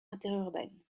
interurbaine